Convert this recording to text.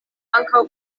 ankaŭ